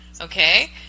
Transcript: okay